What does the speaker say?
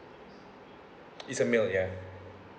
is a male ya